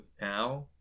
now